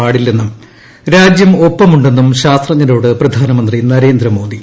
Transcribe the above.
പാടില്ലെന്നും രാജ്യം ഒപ്പമുണ്ടെന്നും ശാസ്ത്രജ്ഞരോട് പ്രധാനമന്ത്രി നരേന്ദ്രമോദി